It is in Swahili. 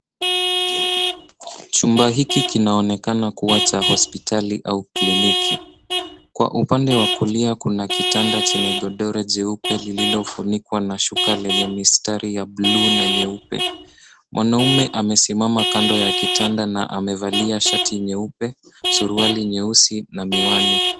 Chumba hiki kinaonekana kuwa cha hospitali au kliniki. Kwa upande wa kulia kuna kitanda chenye godoro jeupe lililofunikwa na shula lenye mistari ya bluu na nyeupe. Mwanaume amesimama kando ya kitanda na amevalia shati nyeupe, suruali nyeusi na miwani.